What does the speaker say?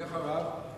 מי אחריו?